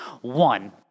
One